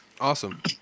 awesome